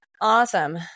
Awesome